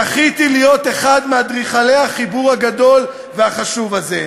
זכיתי להיות אחד מאדריכלי החיבור הגדול והחשוב הזה,